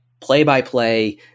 play-by-play